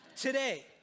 today